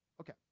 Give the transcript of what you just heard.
okay